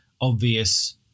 obvious